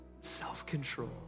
self-control